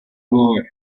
boy